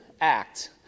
act